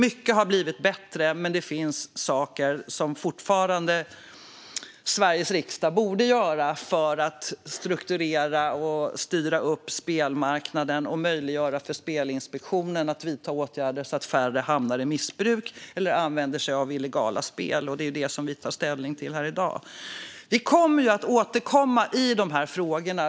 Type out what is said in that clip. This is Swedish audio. Mycket har alltså blivit bättre, men det finns fortfarande saker som Sveriges riksdag borde göra för att strukturera och styra upp spelmarknaden. Det handlar om att möjliggöra för Spelinspektionen att vidta åtgärder så att färre hamnar i missbruk eller använder illegala spel. Det är detta som vi tar ställning till här i dag. Vi kommer att återkomma till dessa frågor.